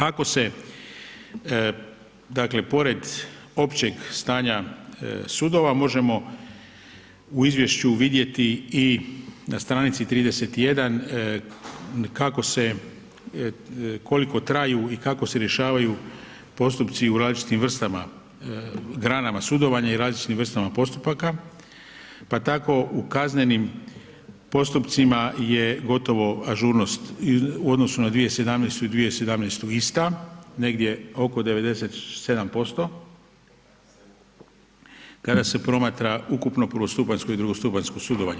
Ako se dakle pored općeg stanja sudova možemo u izvješću vidjeti i na str. 31 kako se, koliko traju i kako se rješavaju postupci u različitim vrstama, granama sudovanja i različitim vrstama postupaka pa tako u kaznenim postupcima je gotovo ažurnost u odnosu na 2017. i 2018. ista, negdje oko 97%, kada se promatra ukupno prvostupanjsko i drugostupanjsko sudovanje.